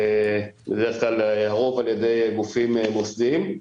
בדרך כלל הרוב על ידי גופים מוסדיים.